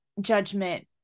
judgment